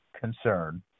concern